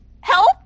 Help